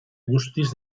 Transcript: guztiz